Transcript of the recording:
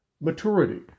maturity